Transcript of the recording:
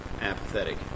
apathetic